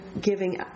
giving